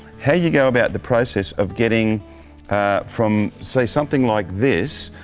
how you go about the process of getting from say something like this,